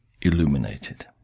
illuminated